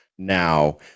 now